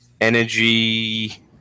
Energy